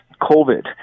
COVID